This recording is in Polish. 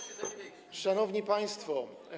Szanowni Państwo!